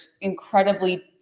incredibly